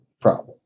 problem